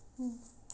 mm